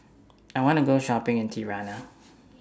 I want to Go Shopping in Tirana